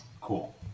cool